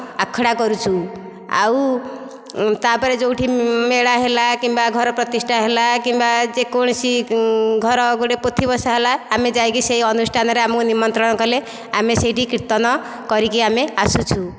ଆଖଡ଼ା କରୁଛୁ ଆଉ ତା'ପରେ ଯେଉଁଠି ମେଳା ହେଲା କିମ୍ବା ଘର ପ୍ରତିଷ୍ଠା ହେଲା କିମ୍ବା ଯେ କୌଣସି ଘର ଗୋଟେ ପୋଥି ବସାହେଲା ଆମେ ଯାଇକି ସେ ଅନୁଷ୍ଠାନରେ ଆମକୁ ନିମନ୍ତ୍ରଣ କଲେ ଆମେ ସେଇଠି କୀର୍ତ୍ତନ କରିକି ଆମେ ଆସୁଛୁ